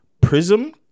Prism